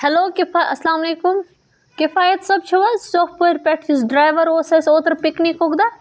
hello کِفا اسلام علیکُم کِفایت صٲب چھِو حَظ سوفپورۍ پٮ۪ٹھ یُس ڈرٛایوَر اوس اَسہِ اوترٕ پِکنِکُک دۄہ